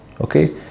Okay